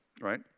right